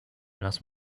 lass